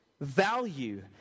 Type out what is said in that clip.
value